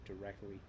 directly